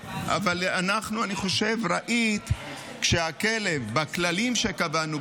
אני חושב שראית: בכללים שקבענו,